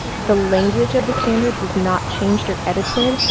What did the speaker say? the language of the standards was not changed or edited.